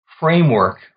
Framework